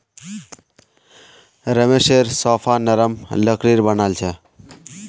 रमेशेर सोफा नरम लकड़ीर बनाल छ